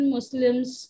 Muslims